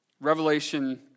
Revelation